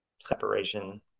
separation